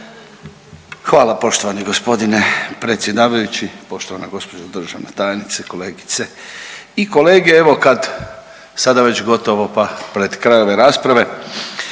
Hvala poštovani g. predsjedavajući, poštovana gđo. državna tajnice, kolegice i kolege. Evo kad sada već gotovo pa pred kraj ove rasprave